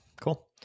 cool